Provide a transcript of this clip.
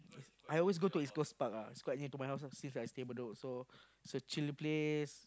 I always go the East-Coast-Park ah it's quite near to my house since I stay Bedok so it's a chill place